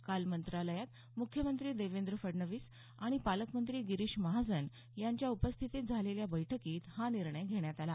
काल मंत्रालयात मुख्यमंत्री देवेंद्र फडणवीस आणि पालकमंत्री गिरीश महाजन यांच्या उपस्थितीत झालेल्या बैठकीत हा निर्णय घेण्यात आला